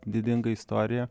didinga istorija